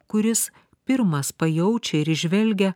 kuris pirmas pajaučia ir įžvelgia